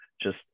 just-